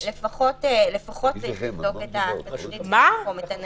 לפחות צריך לבדוק את התשריט של המקום, את הניירת.